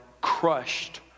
crushed